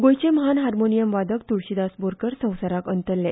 गोयचे म्हान हार्मोनियम वादक तुळशीदास बोरकार संसाराक अंतरले